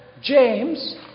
James